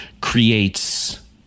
creates